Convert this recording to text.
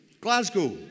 Glasgow